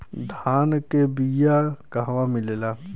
धान के बिया कहवा मिलेला?